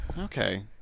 Okay